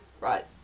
Right